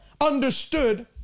understood